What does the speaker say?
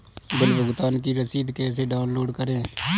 Bill भुगतान की रसीद कैसे डाउनलोड करें?